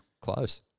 close